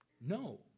No